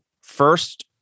First